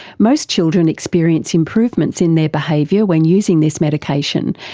most children experience improvements in their behaviour when using this medication,